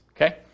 okay